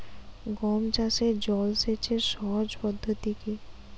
গম চাষে জল সেচের সহজ পদ্ধতি কি?